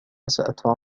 سأدفع